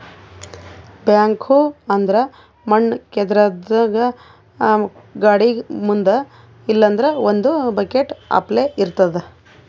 backhoe ಅಂದ್ರ ಮಣ್ಣ್ ಕೇದ್ರದ್ದ್ ಗಾಡಿಗ್ ಮುಂದ್ ಇಲ್ಲಂದ್ರ ಒಂದ್ ಬಕೆಟ್ ಅಪ್ಲೆ ಇರ್ತದ್